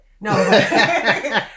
No